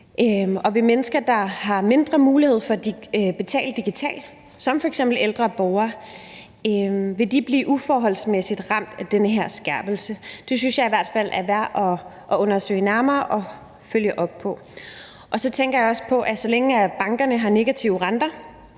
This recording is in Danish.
om mennesker, der har mindre mulighed for at betale digitalt – som f.eks. ældre borgere – vil blive uforholdsmæssigt hårdt ramt af den her skærpelse. Det synes jeg i hvert fald er værd at undersøge nærmere og følge op på. Og så tænker jeg også på, at så længe bankerne har negative renter,